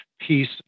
Piece